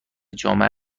جامعه